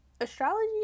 Astrology